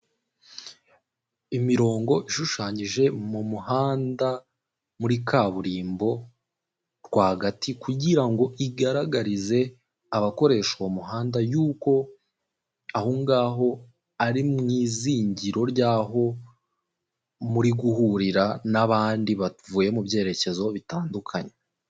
Imirongo ishushanyije mu muhanda muri kaburimbo rw'agati kugira ngo igaragarize abakoresha uwo muhanda y'uko aho ngaho ari mu izingiro ryaho muri guhurira n'abandi bavuye mu byerekezo bitandukanye.